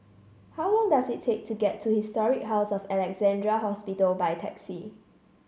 how long does it take to get to Historic House of Alexandra Hospital by taxi